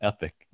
Epic